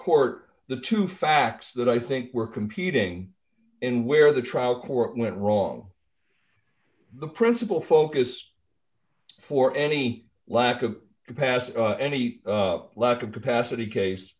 court the two facts that i think were competing in where the trial court went wrong the principal focus for any lack of past any lack of capacity case